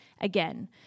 Again